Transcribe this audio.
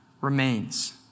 remains